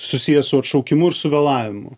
susiję su atšaukimu ir su vėlavimu